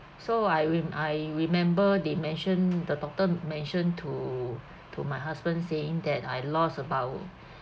so I rem~ I remember they mention the doctor mention to to my husband saying that I lost about